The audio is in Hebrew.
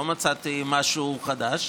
לא מצאתי משהו חדש.